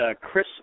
Chris